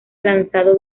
lanzado